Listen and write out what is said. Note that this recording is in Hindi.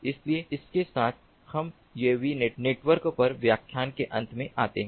इसलिए इसके साथ हम यूएवी नेटवर्क पर व्याख्यान के अंत में आते हैं